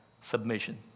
submission